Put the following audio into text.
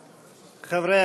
ח'